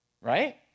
right